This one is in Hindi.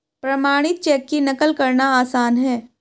प्रमाणित चेक की नक़ल करना आसान है